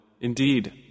Indeed